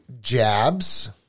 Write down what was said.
jabs